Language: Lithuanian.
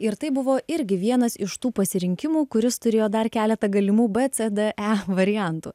ir tai buvo irgi vienas iš tų pasirinkimų kuris turėjo dar keletą galimų b c d e variantų